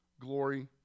glory